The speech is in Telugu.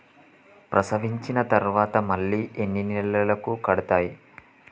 ప్రసవించిన తర్వాత మళ్ళీ ఎన్ని నెలలకు కడతాయి?